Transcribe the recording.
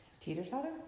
Teeter-totter